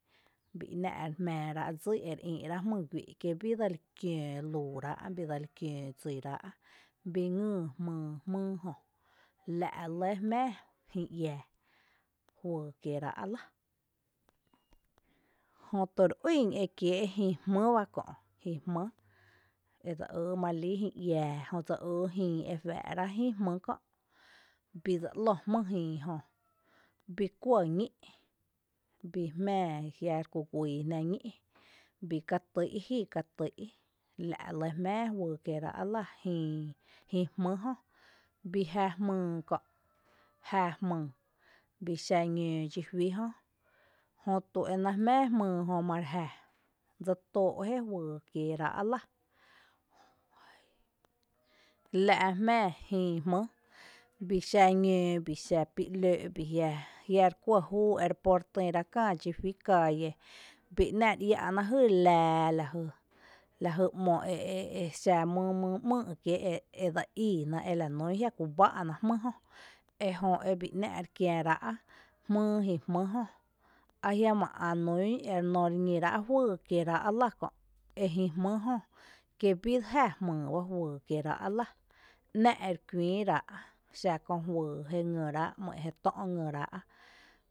Bii ‘ná’ re jmⱥⱥrá’ dsí ere ïi’ rá’ jmyy guý’ kí bíi dseli kiǿǿ luurá’ biidseli kiǿǿ dsíráa’ bii ngýy jmyy jmýy jö la’ re lɇ jmⱥⱥ jïï iⱥⱥ juyy kieerá’ lⱥ. Jötu re ýn ekiee’ jÿÿ jmýbá kö’ ekiee’ jÿÿ jmý edse ýy marelíi jïï iⱥⱥ dse ýy jïï ejuⱥⱥ’ ráa’ jï jmý kö’ bii dse lǿ jmý jïï jö bii kuɇ ñí’ bii jmⱥⱥ ajiⱥ reku guyyjná ñí’ bii katý’ Jí katý’, la’ re lɇ jmⱥⱥ juyy kieerá’ jï jmý jö bii jⱥ jmyy kö’, j¨jmyy, bii xa ñǿǿ dxí juí jö jötu e náa’ jmⱥⱥ jmyy jö emare j jⱥ, dse tóó’ jéeé juyy kieerá’ lⱥ, la’ jmⱥⱥ jïï jmý bii xa ñǿǿ bii xa pi lǿǿ’ bii jia re kuɇ júu ere pó re tïra kää dxí juí cáalle bii ‘ná’ re iⱥ’ ná jý laa lajy ´mo exⱥ mý mý ´mýy’ kiée’ edse íina ela nún jiakú báa’ ná jmý jö ejö e bii ‘ná’ re kiäráa’ jmýy jï jmý Jö ajiama’ ä’ nún reñíráa’ juyy kieerá’ lⱥ kö’ jï jmý jö kí bii jⱥ jmýy ba juyy kieeraá´ lⱥ, ‘ná’ ere kuïï ráá’ juyy jé ngyráa’ jé tö’ ngyrá’